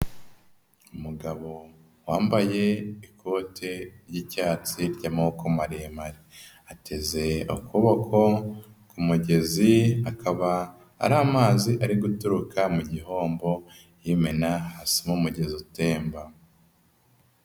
Umugabo wambaye ikote ry'icyatsi ry'amoboko maremare. Ateze ukuboko ku mugezi, akaba ari amazi ari guturuka mu gihombo y'imena hasi mu mugezi utemba.